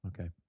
Okay